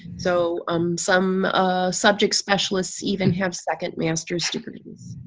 so um some subject specialists even have second master's degrees.